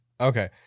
Okay